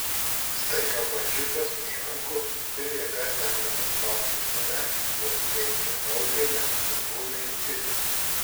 staiga pačiupęs už rankų ir jėga tempdamas paskui save vos spėjančią tautgailę nudūmė į pilį